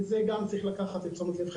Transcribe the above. וצריך לקחת את זה לתשומת הלב.